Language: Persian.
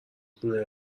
خونه